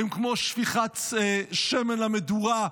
הן כמו שפיכת שמן למדורה,